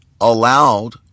allowed